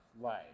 life